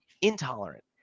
intolerant